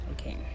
Okay